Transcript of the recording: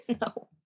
No